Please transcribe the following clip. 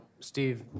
Steve